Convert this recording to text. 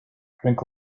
drink